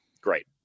great